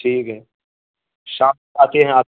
ٹھیک ہے شام آتی ہیں آپ